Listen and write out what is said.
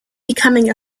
becoming